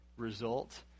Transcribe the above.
result